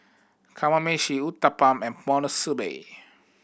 Kamameshi Uthapam and Monsunabe